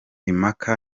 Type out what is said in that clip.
impaka